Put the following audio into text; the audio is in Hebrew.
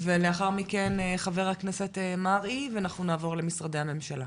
ולאחר מכן ח"כ מרעי, ונעבור למשרדי הממשלה.